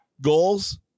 goals